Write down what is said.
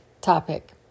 topic